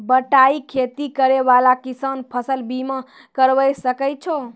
बटाई खेती करै वाला किसान फ़सल बीमा करबै सकै छौ?